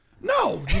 No